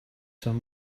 some